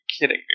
kidding